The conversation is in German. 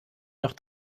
noch